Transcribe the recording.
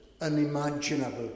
unimaginable